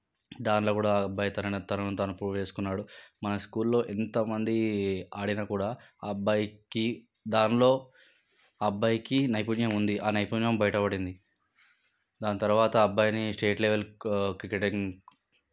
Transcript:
దాంట్లో కూడా ఆ అబ్బాయి తనను తాను పొగిడేసుకున్నాడు మన స్కూల్లో ఎంతమంది ఆడిన కూడా అబ్బాయికి దాంట్లో అబ్బాయికి నైపుణ్యం ఉంది ఆ నైపుణ్యం బయటపడింది దాని తర్వాత అబ్బాయిని స్టేట్ లెవెల్ క్రికెటర్